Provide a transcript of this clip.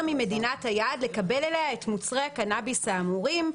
ממדינת היעד לקבל אליה את מוצרי הקנאביס האמורים".